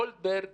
גולדברג